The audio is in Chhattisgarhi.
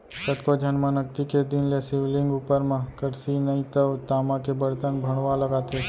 कतको झन मन अक्ती के दिन ले शिवलिंग उपर म करसी नइ तव तामा के बरतन भँड़वा लगाथे